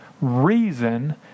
reason